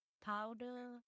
powder